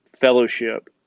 fellowship